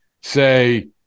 say